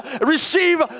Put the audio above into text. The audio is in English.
receive